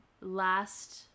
last